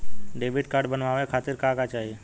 Debit card बनवावे खातिर का का चाही?